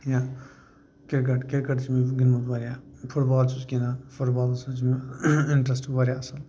یا cricket cricket چھِ مےٚ گیُنٛدمُت واریاہ فُٹ بال چھُس گِنٛدان فُٹ بالَس چھُ مےٚ اِنٹَرٛسٹ واریاہ اَصٕل